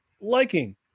liking